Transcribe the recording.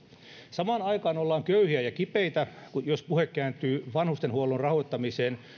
samaan aikaan ollaan köyhiä ja kipeitä jos puhe kääntyy vanhustenhuollon rahoittamiseen